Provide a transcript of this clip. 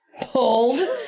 pulled